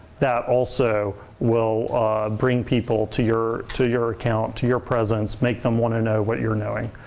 that also will bring people to your to your account, to your presence, make them want to know what you're knowing.